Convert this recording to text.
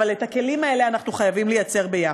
אבל את הכלים האלה אנחנו חייבים ליצור יחד.